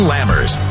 Lammers